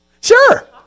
Sure